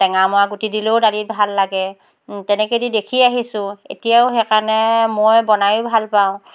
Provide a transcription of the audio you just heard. টেঙামৰা গুটি দিলেও দালিত ভাল লাগে তেনেকেদি দেখি আহিছোঁ এতিয়াও সেই কাৰণে মই বনায়ো ভাল পাওঁ